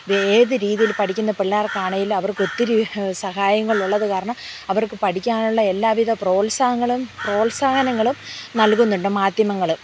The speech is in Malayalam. ഏത് രീതിയിൽ പഠിക്കുന്ന പിള്ളേർക്കാണെങ്കിലും അവർക്ക് ഒത്തിരി സഹായങ്ങൾ ഉള്ളത് കാരണം അവർക്ക് പഠിക്കാനുള്ള എല്ലാ വിധ പ്രോത്സാഹനങ്ങളും പ്രോത്സാഹനങ്ങളും നൽകുന്നുണ്ട് മാധ്യമങ്ങൾ